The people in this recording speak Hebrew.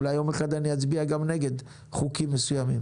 אולי יום אחד אני אצביע גם נגד חוקים מסוימים.